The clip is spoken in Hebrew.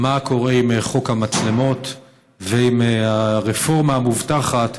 מה קורה עם חוק המצלמות ועם הרפורמה המובטחת